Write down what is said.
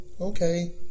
Okay